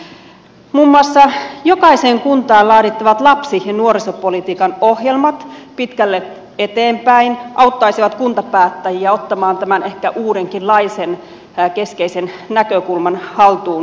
muun muassa jokai seen kuntaan laadittavat lapsi ja nuorisopolitiikan ohjelmat pitkälle eteenpäin auttaisivat kuntapäättäjiä ottamaan tämän ehkä uudenkinlaisen keskeisen näkökulman haltuunsa